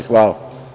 Hvala.